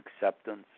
acceptance